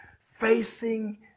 facing